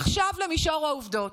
מעניין מי דיכא אותם.